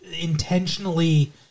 intentionally